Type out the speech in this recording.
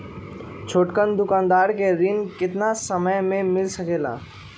छोटकन दुकानदार के ऋण कितने समय मे मिल सकेला?